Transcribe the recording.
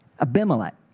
Abimelech